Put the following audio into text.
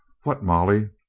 what, molly!